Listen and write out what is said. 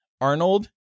Arnold